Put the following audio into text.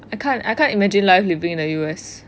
I can't I can't imagine life living in the U_S